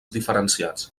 diferenciats